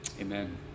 Amen